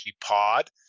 Pod